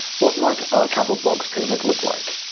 what might our travel blog's pyramid look like?